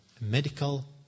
medical